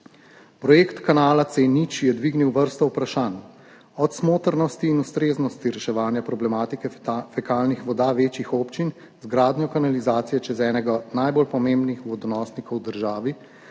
Projekt kanala C0 je dvignil vrsto vprašanj, od smotrnosti in ustreznosti reševanja problematike fekalnih voda večjih občin z gradnjo kanalizacije čez enega od najbolj pomembnih vodonosnikov v državi,